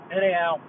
anyhow